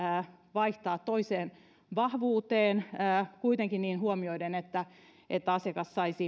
vaihtaa toiseen vahvuuteen kuitenkin niin huomioiden että että asiakas saisi